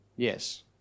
Yes